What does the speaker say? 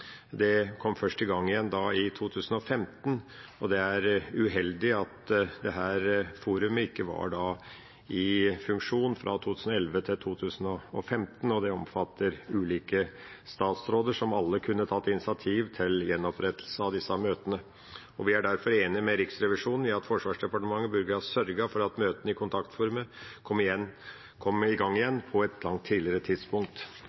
og kom først i gang igjen i 2015. Det er uheldig at dette forumet ikke var i funksjon fra 2011 til 2015, og det omfatter ulike statsråder, som alle kunne tatt initiativ til gjenopprettelse av disse møtene. Vi er derfor enig med Riksrevisjonen i at Forsvarsdepartementet burde ha sørget for at møtene i kontaktforumet kom i gang igjen på et langt tidligere tidspunkt.